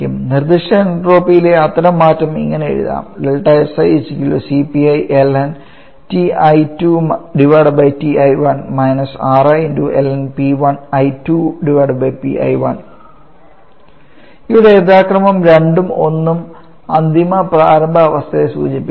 നിർദ്ദിഷ്ട എൻട്രോപ്പിയിലെ അത്തരം മാറ്റം ഇങ്ങനെ എഴുതാം ഇവിടെ യഥാക്രമം 2 ഉം 1 ഉം അന്തിമ പ്രാരംഭ അവസ്ഥയെ സൂചിപ്പിക്കുന്നു